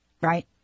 right